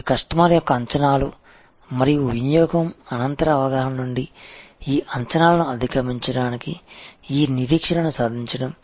ఇవి కస్టమర్ యొక్క అంచనాలు మరియు వినియోగం అనంతర అవగాహన నుండి ఈ అంచనాలను అధిగమించడానికి ఈ నిరీక్షణను సాధించడం